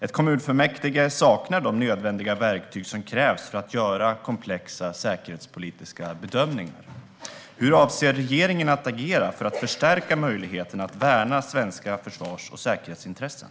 Ett kommunfullmäktige saknar de nödvändiga verktyg som krävs för att göra komplexa säkerhetspolitiska bedömningar. Hur avser regeringen agera för att förstärka möjligheten att värna svenska försvars och säkerhetsintressen?